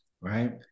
right